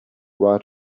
right